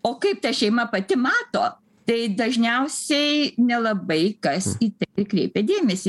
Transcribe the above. o kaip ta šeima pati mato tai dažniausiai nelabai kas į tai kreipia dėmesį